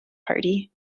party